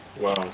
Wow